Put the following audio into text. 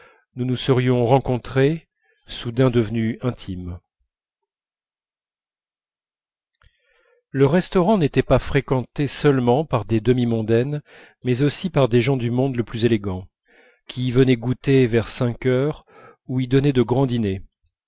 nous nous serions rencontrés soudain devenus intimes le restaurant n'était pas fréquenté seulement par des demi mondaines mais aussi par des gens du monde le plus élégant qui y venaient goûter vers cinq heures ou y donnaient de grands dîners